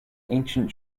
ancient